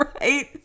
right